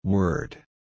Word